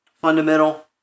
fundamental